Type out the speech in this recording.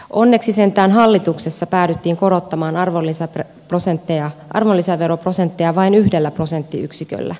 onneksi sentään hallituksessa päädyttiin korottamaan arvonlisäveroprosentteja vain yhdellä prosenttiyksiköllä